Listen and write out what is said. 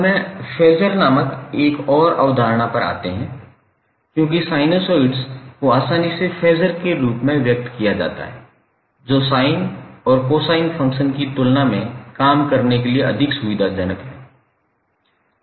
अब हमें फेज़र नामक एक और अवधारणा पर आते हैं क्योंकि साइनसोइड्स को आसानी से फेज़र के रूप में व्यक्त किया जाता है जो sin और cosine फंक्शन की तुलना में काम करने के लिए अधिक सुविधाजनक हैं